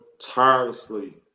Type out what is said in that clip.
tirelessly